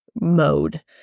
mode